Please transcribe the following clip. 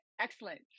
Excellent